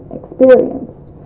experienced